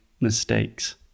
mistakes